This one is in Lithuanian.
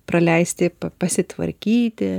praleisti pasitvarkyti